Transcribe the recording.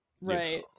right